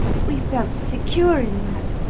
we felt secure in that,